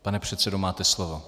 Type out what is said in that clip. Pane předsedo, máte slovo.